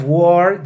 war